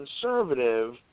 conservative